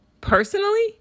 Personally